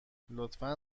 لطفا